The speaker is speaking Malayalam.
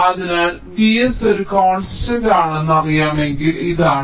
അതിനാൽ V s ഒരു കോൺസ്റ്റന്റ് ആണെന്ന് നിങ്ങൾക്കറിയാമെങ്കിൽ ഇതാണ്